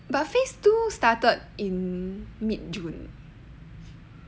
but phase two started in mid june